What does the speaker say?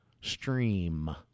stream